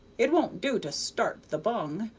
it won't do to start the bung,